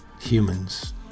humans